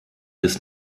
des